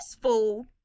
fool